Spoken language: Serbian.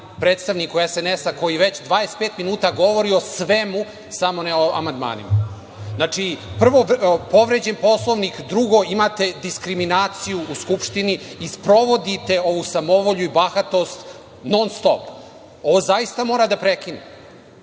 predstavniku SNS-a koji već 25 minuta govori o svemu, samo ne o amandmanima. Znači, prvo je povređen Poslovnik. Drugo, imate diskriminaciju u Skupštini i sprovodite ovu samovolju i bahatost non-stop. Ovo zaista mora da prekine.